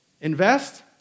invest